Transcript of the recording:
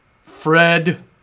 Fred